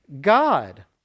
God